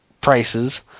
prices